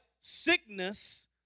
Sickness